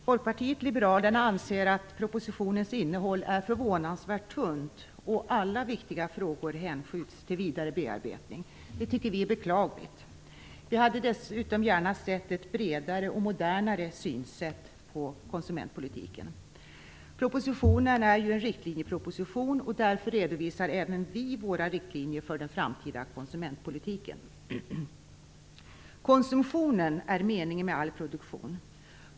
Fru talman! Folkpartiet liberalerna anser att propositionens innehåll är förvånansvärt tunt, och alla viktiga frågor hänskjuts till vidare bearbetning. Det tycker vi är beklagligt. Vi hade dessutom gärna sett ett bredare och modernare synsätt på konsumentpolitiken. Propositionen är en riktlinjeproposition, och därför redovisar även vi våra riktlinjer för den framtida konsumentpolitiken. "Konsumtionen är meningen med all produktion.